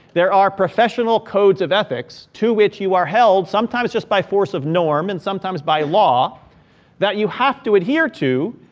there are professional codes of ethics to which you are held, sometimes just by force of norm and sometimes by law that you have to adhere to,